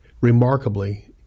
remarkably